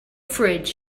fridge